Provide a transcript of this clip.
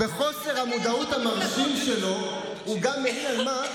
ובחוסר המודעות המרשים שלו הוא גם מלין, על מה?